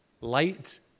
light